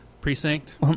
precinct